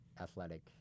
athletic